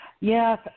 Yes